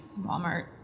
Walmart